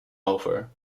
over